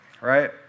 right